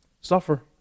Suffer